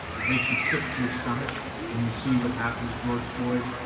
it makes you sick to your stomach when you see what happened to george floyd.